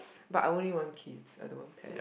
but I only want kids I don't want pets